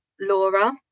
Laura